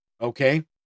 okay